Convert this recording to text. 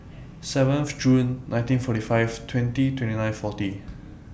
seventh June nineteen forty five twenty twenty nine forty